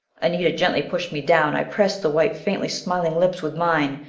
anita gently pushed me down. i pressed the white, faintly smiling lips with mine.